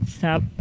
Stop